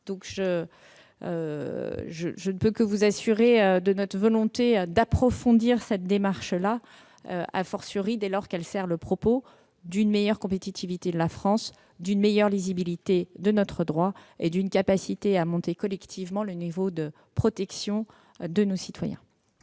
Je ne peux donc que vous assurer de notre volonté d'approfondir cette démarche, dès lors qu'elle est de nature à favoriser une meilleure compétitivité de la France, une meilleure lisibilité de notre droit et une capacité à augmenter collectivement le niveau de protection de nos concitoyens.